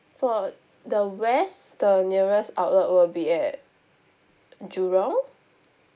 for the west the nearest outlet will be at jurong